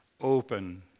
open